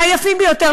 מהיפים ביותר,